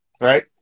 Right